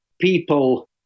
people